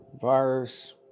virus